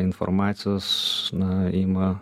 informacijos na ima